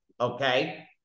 Okay